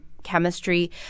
chemistry